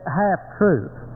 half-truth